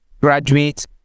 graduate